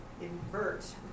invert